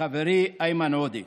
חברי איימן עודה,